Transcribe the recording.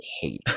hate